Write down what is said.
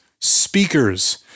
speakers